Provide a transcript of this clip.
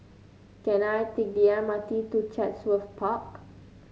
can I take the M R T to Chatsworth Park